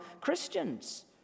Christians